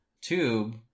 tube